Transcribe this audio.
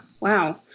wow